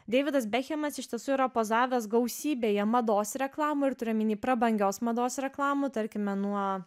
deividas bekhemas iš tiesų yra pozavęs gausybėje mados reklamų ir turiu omeny prabangios mados reklamų tarkime nuo